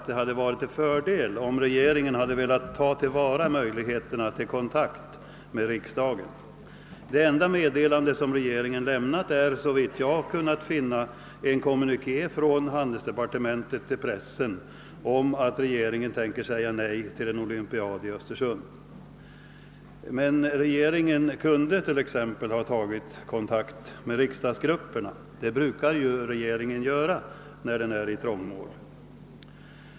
Det hade varit till fördel om regeringen hade velat tillvarata möjligheterna till kontakt med riksdagen. Men det enda meddelande regeringen lämnat är, såvitt jag kunnat finna, en kommuniké från handelsdepartemen tet till pressen om att regeringen tänker säga nej till frågan om en olympiad i Östersund. Regeringen kunde t.ex. ha tagit kontakt med riksdagsgrupperna. Det brukar ju regeringen göra när den är i trångmål.